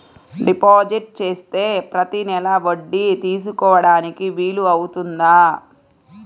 Deposit చేస్తే ప్రతి నెల వడ్డీ తీసుకోవడానికి వీలు అవుతుందా?